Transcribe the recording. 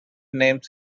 names